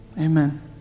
amen